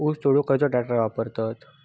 ऊस तोडुक खयलो ट्रॅक्टर वापरू?